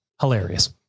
Hilarious